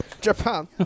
Japan